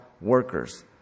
workers